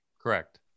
correct